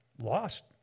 lost